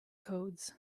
codes